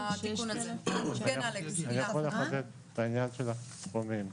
אני יכול לחדד את העניין של הסכומים.